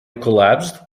collapsed